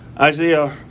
Isaiah